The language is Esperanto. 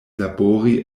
labori